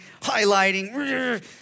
highlighting